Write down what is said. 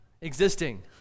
existing